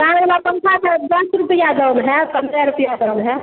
पंखा तो दस रुपया दाम है पन्द्रह रुपया दाम है